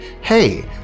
Hey